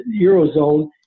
Eurozone